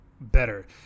better